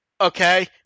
okay